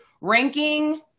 ranking